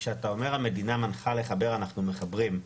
כשאתה אומר המדינה מנחה לחבר אנחנו מחברים,